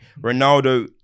ronaldo